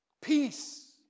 peace